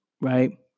right